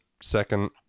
second